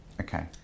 Okay